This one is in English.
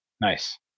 Nice